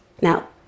Now